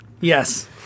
Yes